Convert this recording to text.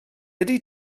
ydy